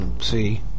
See